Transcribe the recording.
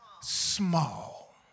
small